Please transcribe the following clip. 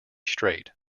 strait